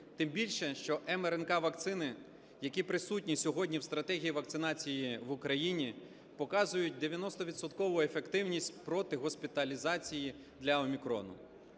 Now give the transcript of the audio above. тим більше що мРНК-вакцини, які присутні сьогодні в стратегії вакцинації в Україні, показують 90-відсоткову ефективність проти госпіталізації до "Омікрону".